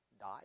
die